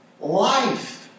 life